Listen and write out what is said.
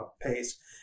pace